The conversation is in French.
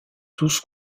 tous